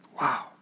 Wow